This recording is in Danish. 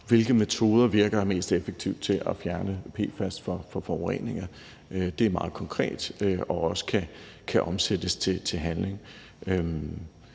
hvilke metoder der virker mest effektive til at fjerne PFAS fra forureninger. Det er meget konkret, og det kan også omsættes til handling.